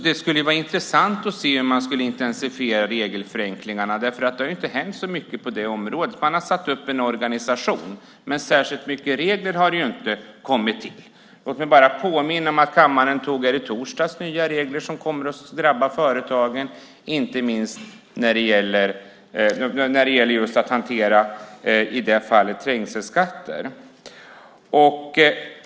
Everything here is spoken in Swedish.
Det skulle vara intressant att se hur man skulle intensifiera regelförenklingarna, för det har inte hänt så mycket på det området. Man har satt upp en organisation. Men särskilt mycket regler har det inte kommit till. Låt mig bara påminna om att kammaren antog - var det i torsdags - nya regler som kommer att drabba företagen, inte minst när det gäller att hantera, i det här fallet, trängselskatter.